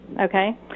Okay